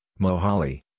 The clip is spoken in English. Mohali